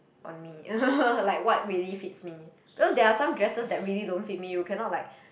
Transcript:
on me like what really fits me because there are some dresses that really don't fit me you can not like